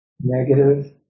negative